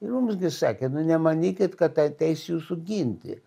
ir mums gi sakė nu nemanykit kad ateis jūsų ginti